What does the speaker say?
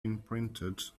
imprinted